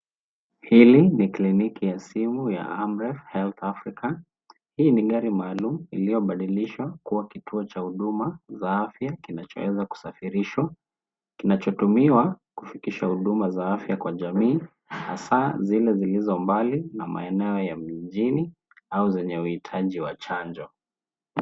Hili ni kliniki ya simu ya Amref Health Africa. Hii ni gari maalumu iliyobadilishwa kua kituo cha huduma za afya, kinachoweza kusafirishwa. Kinachotumiwa kufikisha huduma za afya za kijamii, hasa, zile zilizo mbali na maeneo ya mijini au zenye huhitaji wa chanjo.